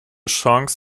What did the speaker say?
chance